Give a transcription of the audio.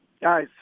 Guys